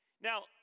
Now